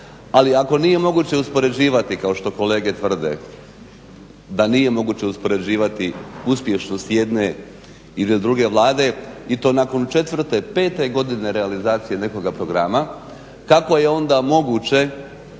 ali ako nije moguću uspoređivati kao što kolege tvrde da nije moguće uspoređivati uspješnost jedne ili druge vlade i to nakon 4, 5 godine realizacije nekoga programa kako je onda moguće